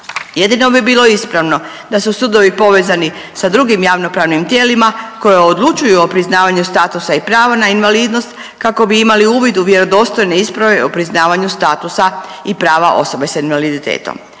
Jedino bi bilo ispravno da su sudovi povezani sa drugim javnopravnim tijelima koja odlučuju o priznavanju statusa i prava na invalidnost kako bi imali uvid u vjerodostojne isprave o priznavanju statusa i prava osobe sa invaliditetom.